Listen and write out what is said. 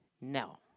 No